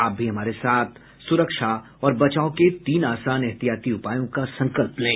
आप भी हमारे साथ सुरक्षा और बचाव के तीन आसान एहतियाती उपायों का संकल्प लें